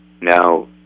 now